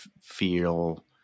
feel